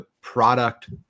product